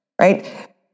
right